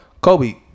kobe